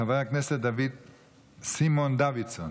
חבר הכנסת סימון דוידסון.